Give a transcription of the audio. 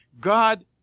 God